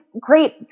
great